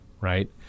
right